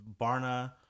Barna